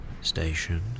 station